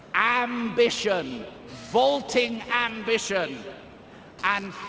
ambition vaulting ambition and,